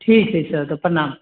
ठीक हय सर तऽ प्नणाम